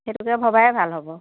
সেইটোকে ভবাই ভাল হ'ব